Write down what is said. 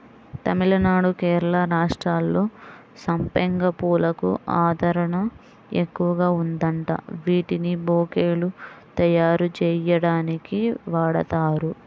తమిళనాడు, కేరళ రాష్ట్రాల్లో సంపెంగ పూలకు ఆదరణ ఎక్కువగా ఉందంట, వీటిని బొకేలు తయ్యారుజెయ్యడానికి వాడతారు